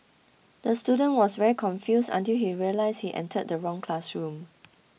the student was very confused until he realised he entered the wrong classroom